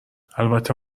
البته